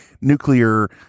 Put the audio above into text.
nuclear